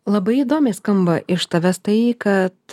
labai įdomiai skamba iš tavęs tai kad